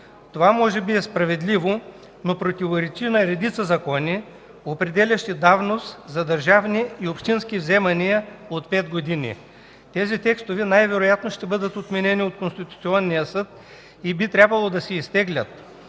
Това може би е справедливо, но противоречи на редица закони, определящи давност за държавни и общински вземания от пет години. Тези текстове най-вероятно ще бъдат отменени от Конституционния съд и би трябвало да се изтеглят,